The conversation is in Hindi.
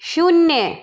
शून्य